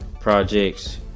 projects